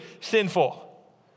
sinful